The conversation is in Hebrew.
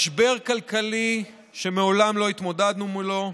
משבר כלכלי שמעולם לא התמודדנו מולו.